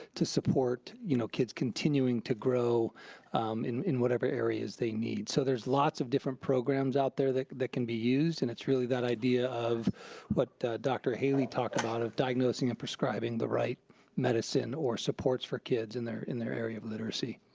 to support you know kids continuing to grow in in whatever areas they need. so there's lots of different programs out there that that can be used and it's really that idea of what dr. haley talked about, of diagnosing and prescribing the right medicine or supports for kids in their area of literacy.